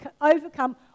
overcome